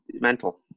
mental